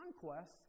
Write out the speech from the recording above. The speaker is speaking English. conquest